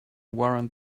warrant